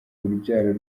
urubyaro